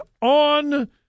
on